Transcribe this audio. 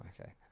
okay